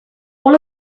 all